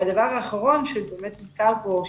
והדבר האחרון שבאמת הוזכר פה,